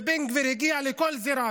ובן גביר הגיע לכל זירה,